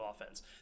offense